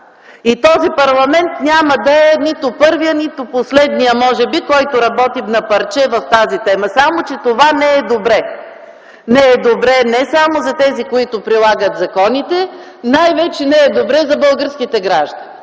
И този парламент няма да е нито първият, нито последният, който работи на парче в тази тема. Само че това не е добре – не само за тези, които прилагат законите, но най-вече не е добре за българските граждани,